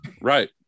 Right